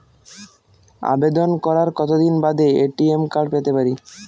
আবেদন করার কতদিন বাদে এ.টি.এম কার্ড পেতে পারি?